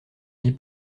vies